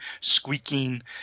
squeaking